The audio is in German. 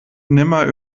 nimmer